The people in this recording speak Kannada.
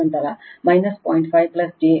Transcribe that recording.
866 ಅದು 0 ಆಗುತ್ತದೆ